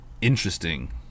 interesting